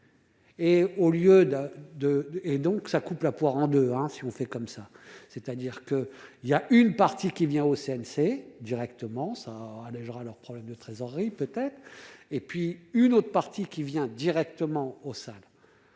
et donc ça coupe la poire en deux hein, si on fait comme ça, c'est-à-dire que, il y a une partie qui vient au CNC directement ça allégera leurs problèmes de trésorerie peut-être et puis une autre partie qui vient directement au sol